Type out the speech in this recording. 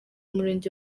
murenge